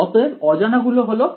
অতএব অজানা গুলো হলো